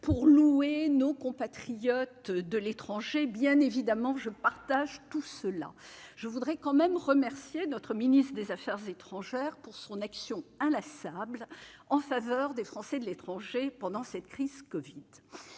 pour louer nos compatriotes de l'étranger. Bien évidemment, je partage leurs propos et tiens à remercier notre ministre des affaires étrangères de son action inlassable en faveur des Français de l'étranger pendant cette crise.